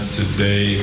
today